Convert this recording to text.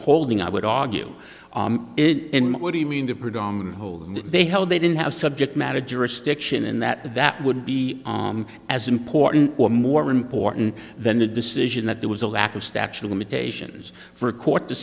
holding i would argue it in what do you mean the predominant hold they held they didn't have subject matter jurisdiction in that that would be as important or more important than the decision that there was a lack of statute of limitations for a court to